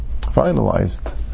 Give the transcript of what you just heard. finalized